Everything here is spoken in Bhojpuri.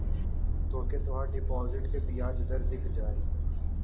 तोके तोहार डिपोसिट क बियाज दर दिख जाई